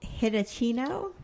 Hitachino